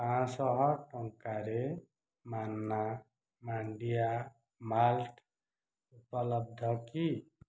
ପାଞ୍ଚଶହ ଟଙ୍କାରେ ମାନ୍ନା ମାଣ୍ଡିଆ ମାଲ୍ଟ ଉପଲବ୍ଧ କି